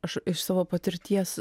aš iš savo patirties